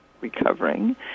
recovering